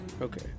okay